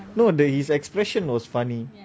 no the his expression was funny